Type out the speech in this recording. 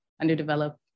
underdeveloped